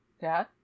Dad